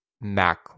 Mac